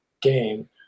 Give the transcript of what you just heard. game